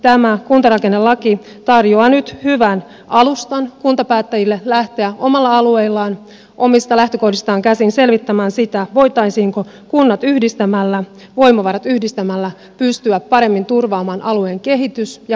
tämä kuntarakennelaki tarjoaa nyt hyvän alustan kuntapäättäjille lähteä omilla alueillaan omista lähtökohdistaan käsin selvittämään sitä voitaisiinko kunnat yhdistämällä voimavarat yhdistämällä pystyä paremmin turvaamaan alueen kehitys ja palvelut tulevaisuudessa